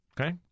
Okay